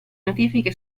notifiche